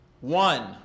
one